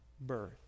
birth